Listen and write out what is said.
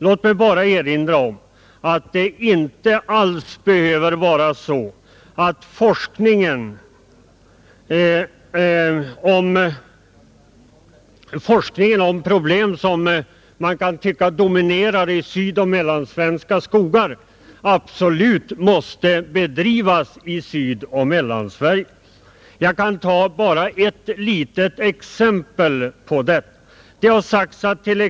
Låt mig bara erinra om att det inte alls behöver vara så att forskningen om problem som man kan tycka dominerar sydoch mellansvenska skogar absolut måste bedrivas i Sydoch Mellansverige. Jag skall ge bara ett litet exempel på detta. Det har sagts att bl.